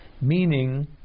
meaning